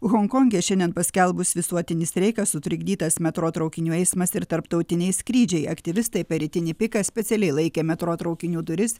honkonge šiandien paskelbus visuotinį streiką sutrikdytas metro traukinių eismas ir tarptautiniai skrydžiai aktyvistai per rytinį piką specialiai laikė metro traukinių duris